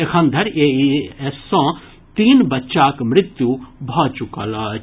एखनधरि एईएस सॅ तीन बच्चाक मृत्यु भऽ चुकल अछि